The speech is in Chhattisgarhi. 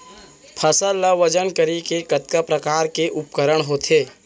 फसल ला वजन करे के कतका प्रकार के उपकरण होथे?